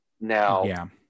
Now